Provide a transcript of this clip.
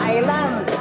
Island